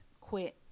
quit